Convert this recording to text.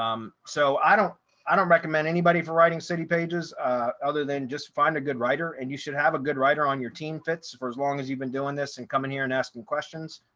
um so i don't i don't recommend anybody for writing city pages other than just find a good writer and you should have a good writer on your team fits for as long as you've been doing this and coming here and asking questions.